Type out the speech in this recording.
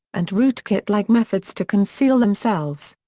and rootkit-like methods to conceal themselves.